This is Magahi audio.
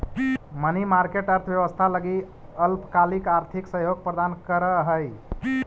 मनी मार्केट अर्थव्यवस्था लगी अल्पकालिक आर्थिक सहयोग प्रदान करऽ हइ